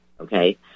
okay